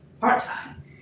part-time